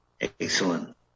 excellent